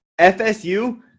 FSU